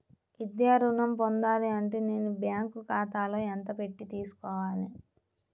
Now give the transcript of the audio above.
విద్యా ఋణం పొందాలి అంటే నేను బ్యాంకు ఖాతాలో ఎంత పెట్టి తీసుకోవాలి?